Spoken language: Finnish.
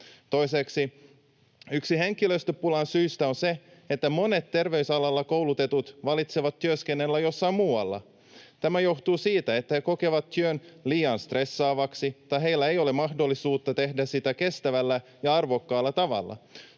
Toiseksi, yksi henkilöstöpulan syistä on se, että monet terveysalalla koulutetut valitsevat työskennellä jossain muualla. Tämä johtuu siitä, että he kokevat työn liian stressaavaksi tai heillä ei ole mahdollisuutta tehdä sitä kestävällä ja arvokkaalla tavalla.